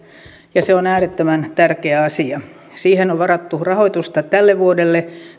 ja se on äärettömän tärkeä asia siihen on varattu rahoitusta tälle vuodelle